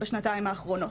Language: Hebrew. בשנתיים האחרונות.